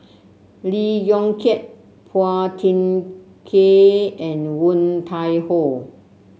Lee Yong Kiat Phua Thin Kiay and Woon Tai Ho